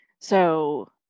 So-